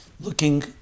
looking